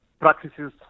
practices